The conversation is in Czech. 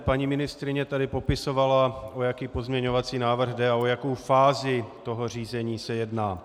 Paní ministryně tady popisovala, o jaký pozměňovací návrh jde a o jakou fázi toho řízení se jedná.